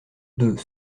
deux